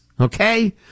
okay